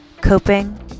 coping